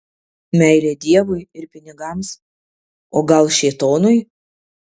meilė dievui ir pinigams o gal šėtonui